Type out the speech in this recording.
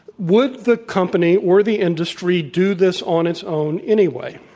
would the company or the industry do this on its own anyway?